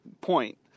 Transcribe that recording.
point